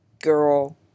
girl